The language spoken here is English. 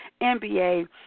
NBA